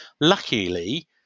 Luckily